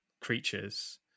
creatures